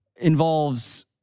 involves